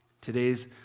Today's